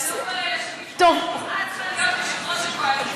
את צריכה להיות יושבת-ראש הקואליציה.